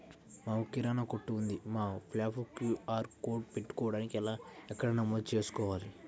మాకు కిరాణా కొట్టు ఉంది మా షాప్లో క్యూ.ఆర్ కోడ్ పెట్టడానికి ఎక్కడ నమోదు చేసుకోవాలీ?